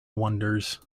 wonders